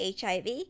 HIV